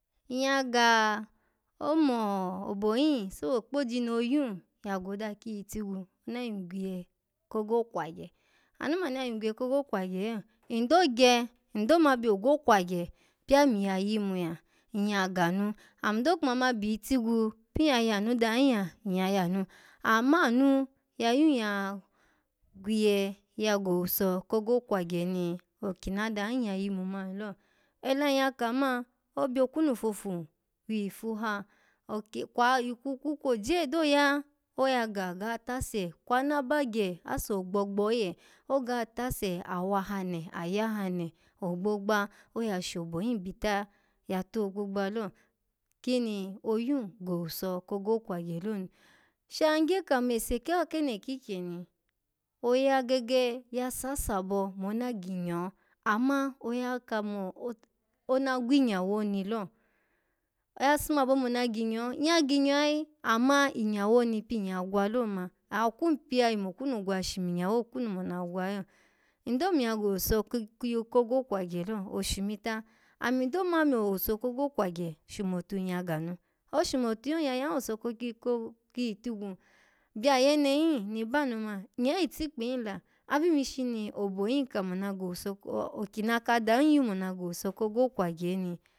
Nyya ga, omobo hin sobo kpoji na yun ya goda kiyi tigwu, ana yun gwiye ko go kwagye anu manu ya yun gwiye kogo kwagye yo, ndo gye, ndo mabyo ogo kwagye pyami ya yimu ya, nyya ganu ami do kuma ma byiyi tyigwu pyiya yanu dahin ya, nyya yanu amma anu ya yun ya gwiye ya go owuso kogo kwagye ni okinada hin ya yinu man lo ela ni ya ka man, obyo okunu fofu wifu ha kwa-ikwu kwu kwoje do ya, oya ga ga tase, kwana bagye ase ogbogbo oye, oga tase awahane ayane ogbogbo, oya shobo hin bita, ya to gbogba lo, kini oyun go owuso kogo kwagye lo ni shan gye kamo ese kaha keno kikyeni, oga gege ya sase abo mona ginyo, amma oya kamo ona gwinyawo oni lo oya sumabo mona ginyo, nyya ginyo ayi, amma inyawo oni pin ya gwa lo ma akwun piya ya yumokunu gwa shiminyawo okunu mona gwa lo ndo miya go owuso kogo kwagyelo, oshumita, ami do mamo owuso kogo kwagye shumotu nyya ganu, oshumotu yo nyya yari owuso kiyi tigwu, byayene hin ni banu man, nye itikpin la, abi mishi ni obo hin kamo ina go owuso ko-okina kadan yun mo na go owuso kogo kwagye ni.